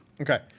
okay